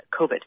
COVID